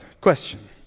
Question